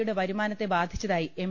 യുടെ വരു മാനത്തെ ബാധിച്ചതായി എം